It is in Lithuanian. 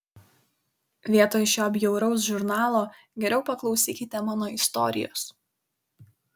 vietoj šio bjauraus žurnalo geriau paklausykite mano istorijos